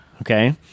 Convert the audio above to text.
Okay